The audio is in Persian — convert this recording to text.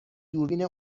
دوربین